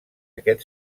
aquest